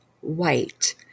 white